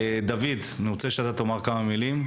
דוד, אני רוצה שתאמר כמה מילים.